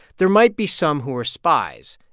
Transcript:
there might be some who are spies.